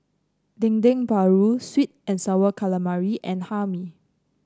Dendeng Paru sweet and sour calamari and Hae Mee